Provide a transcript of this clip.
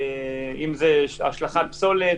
אם זה השלכת פסולת,